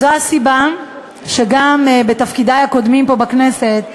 זו הסיבה שגם בתפקידי הקודמים פה בכנסת,